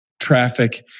traffic